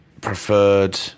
preferred